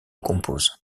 compose